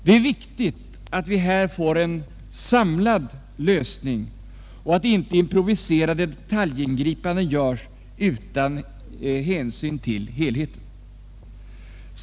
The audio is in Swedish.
Det är viktigt, att vi här får en samlad lösning och att inte improviserade detaljingripanden görs utan hänsyn till helheten.